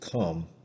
come